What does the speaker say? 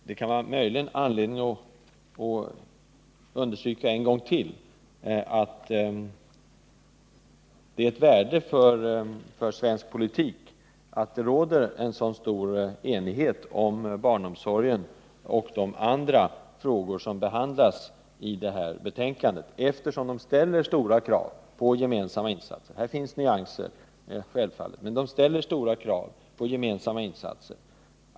Det kan möjligen vara anledning att understryka en gång till att det är ett värde för svensk politik att det råder så stor enighet om barnomsorgen och de andra frågor som behandlas i det här betänkandet, eftersom de ställer stora krav på gemensamma insatser. Här finns självfallet nyanser, men de här frågorna ställer som sagt stora krav på gemensamma insatser.